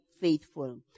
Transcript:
faithful